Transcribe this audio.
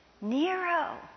Nero